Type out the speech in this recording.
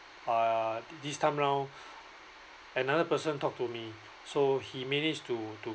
uh this time round another person talk to me so he managed to to